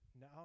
No